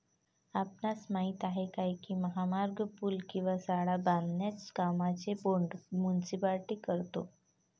आपणास माहित आहे काय की महामार्ग, पूल किंवा शाळा बांधण्याच्या कामांचे बोंड मुनीसिपालिटी करतो?